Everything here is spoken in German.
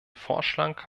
vorschlag